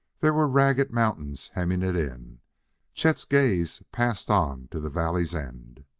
there were ragged mountains hemming it in chet's gaze passed on to the valley's end.